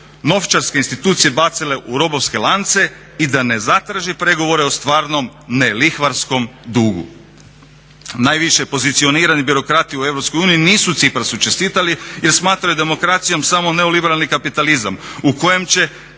novčarske institucije bacile u robovske lance i da ne zatraži pregovore o stvarnom nelihvarskom dugu. Najviše pozicionirani birokrati u EU nisu Cyprasu čestitali jer smatraju demokracijom samo neoliberalni kapitalizam u kojem će,